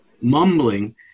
mumbling